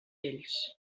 vells